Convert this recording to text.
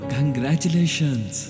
Congratulations